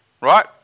Right